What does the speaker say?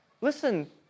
listen